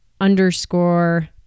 underscore